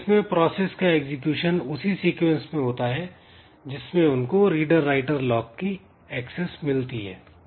इस केस में प्रोसेस का एग्जीक्यूशन उसी सीक्वेंस में होता है जिसमें उनको रीडर राइटर लॉक की एक्सेस मिलती है